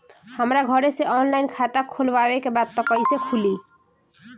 हमरा घरे से ऑनलाइन खाता खोलवावे के बा त कइसे खुली?